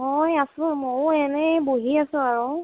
মই আছোঁ ময়ো এনেই বহি আছোঁ আৰু